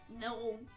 No